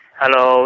hello